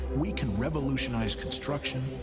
we can revolutionize construction,